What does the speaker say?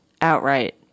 outright